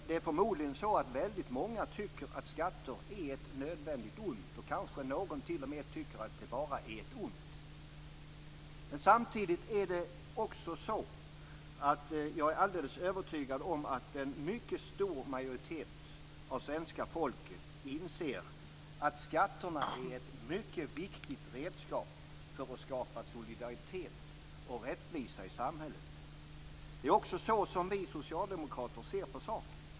Men förmodligen tycker väldigt många att skatter är ett nödvändigt ont. Någon tycker kanske t.o.m. att de bara är ett ont. Samtidigt är jag alldeles övertygad om att en mycket stor majoritet av svenska folket inser att skatterna är ett mycket viktigt redskap för att skapa solidaritet och rättvisa i samhället. Det är också så vi socialdemokrater ser på saken.